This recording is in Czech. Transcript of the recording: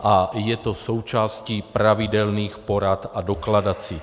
A je to součástí pravidelných porad a dokladací.